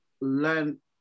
learn